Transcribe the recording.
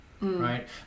right